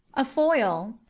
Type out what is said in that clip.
a foil,